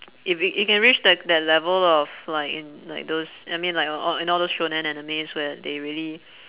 if it if can reach that like that level of like in like those I mean li~ al~ in all those shonen animes where they really